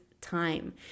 time